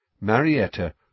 Marietta